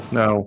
no